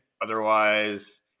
otherwise